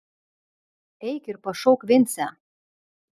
eik ir pašauk vincę